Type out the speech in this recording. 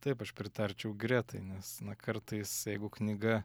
taip aš pritarčiau gretai nes na kartais jeigu knyga